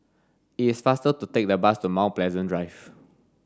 it's faster to take the bus to Mount Pleasant Drive